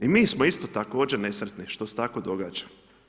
I mi smo isto također nesretni, što se tako događa.